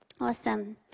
Awesome